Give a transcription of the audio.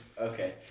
Okay